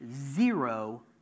zero